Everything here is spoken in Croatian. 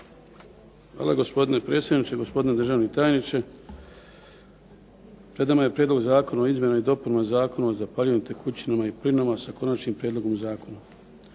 Hvala gospodine predsjedniče, gospodine državni tajniče. Pred nama je Prijedlog zakona o izmjenama i dopunama Zakona o zapaljivim tekućinama i plinovima sa Konačnim prijedlogom zakona.